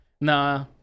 Nah